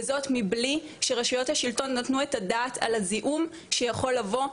וזאת מבלי שרשויות השלטון נתנו את הדעת על הזיהום שיכול לבוא,